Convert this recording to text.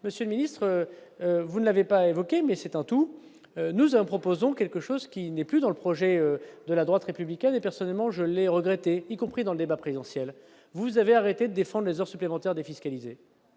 monsieur le ministre, vous n'avez pas évoqué mais c'est un tout, nous avons proposons quelque chose qui n'est plus dans le projet de la droite républicaine et personnellement je l'ai regretté, y compris dans le débat présidentiel, vous avez arrêté défendent les heures supplémentaires défiscalisées,